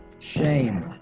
Shame